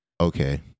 Okay